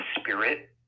spirit